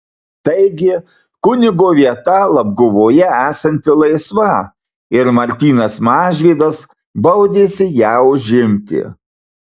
taigi kunigo vieta labguvoje esanti laisva ir martynas mažvydas baudėsi ją užimti